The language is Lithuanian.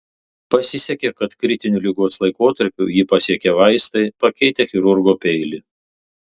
pasisekė kad kritiniu ligos laikotarpiu jį pasiekė vaistai pakeitę chirurgo peilį